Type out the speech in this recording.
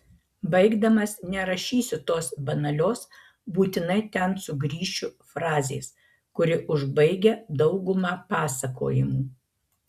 baigdamas nerašysiu tos banalios būtinai ten sugrįšiu frazės kuri užbaigia daugumą pasakojimų